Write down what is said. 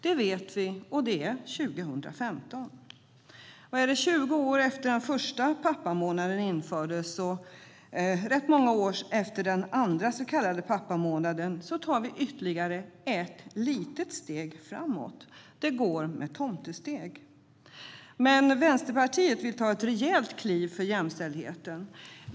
Detta vet vi, och det är 2015. Över 20 år efter det att den första pappamånaden infördes och rätt många år efter att den andra så kallade pappamånaden infördes tar vi ytterligare ett litet steg framåt. Det går med tomtesteg. Vänsterpartiet vill ta ett rejält kliv för jämställdheten.